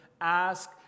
Ask